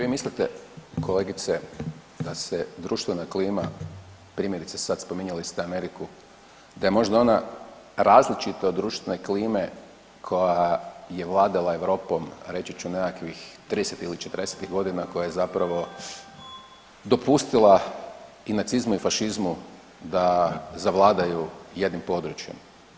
Zar vi mislite kolegice da se društvena klima, primjerice sad spominjali ste Ameriku, da je možda ona različita od društvene klime koja je vladala Europom reći ću nekakvih 30-tih ili 40-tih godina koja je zapravo dopustila i nacizmu i fašizmu da zavladaju jednim područjem.